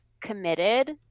committed